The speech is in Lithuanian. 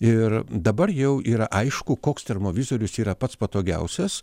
ir dabar jau yra aišku koks termovizorius yra pats patogiausias